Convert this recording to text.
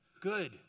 good